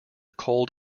cold